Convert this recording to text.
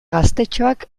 gaztetxoak